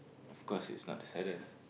of course it's not the saddest